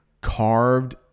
carved